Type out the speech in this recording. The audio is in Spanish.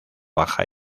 baja